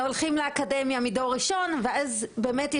הולכים לאקדמיה מדור ראשון ואז יש